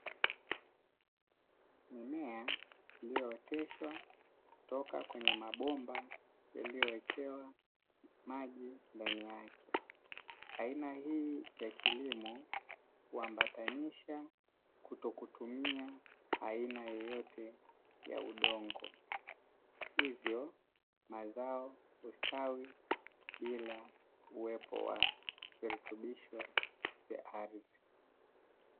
Mimea iliyooteshwa kutoka kwenye mabomba yaliyowekewa maji ndani yake, aina hii ya kilimo huambatanisha kutokutumia aina yoyote ya udongo, hivyo mazao hustawi bila ya uwepo wa virutubisho vya ardhi.